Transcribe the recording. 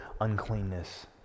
uncleanness